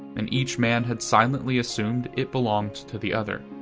and each man had silently assumed it belonged to the other,